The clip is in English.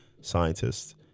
scientists